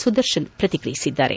ಸುದರ್ಶನ್ ಪ್ರತಿಕ್ರಿಯಿಸಿದ್ದಾರೆ